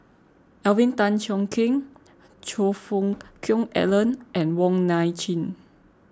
Alvin Tan Cheong Kheng Choe Fook Cheong Alan and Wong Nai Chin